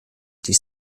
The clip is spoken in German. dies